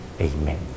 Amen